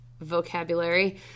vocabulary